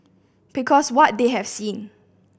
because what they have seen